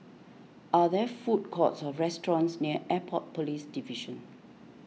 are there food courts or restaurants near Airport Police Division